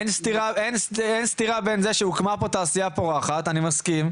אין סתירה בין זה שהוקמה פה תעשייה פורחת - אני מסכים,